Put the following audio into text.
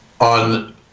on